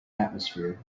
atmosphere